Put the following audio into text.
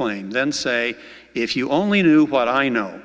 claim then say if you only knew what i know